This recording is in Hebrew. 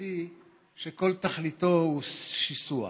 ממשלתי שכל תכליתו הוא שיסוע,